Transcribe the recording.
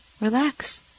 relax